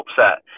upset